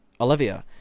Olivia